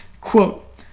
Quote